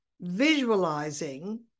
visualizing